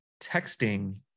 texting